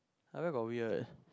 where got weird